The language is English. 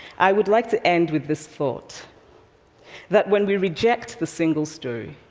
i would like to end with this thought that when we reject the single story,